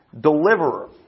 deliverer